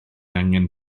angen